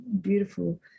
beautiful